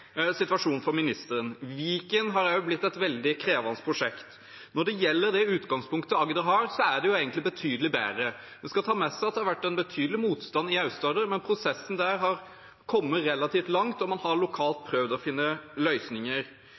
for ministeren. Viken har også blitt et veldig krevende prosjekt. Når det gjelder det utgangspunktet Agder har, er det egentlig betydelig bedre. En skal ta med seg at det har vært en betydelig motstand i Aust-Agder, men prosessen der har kommet relativt langt, og man har lokalt prøvd å finne løsninger.